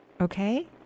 Okay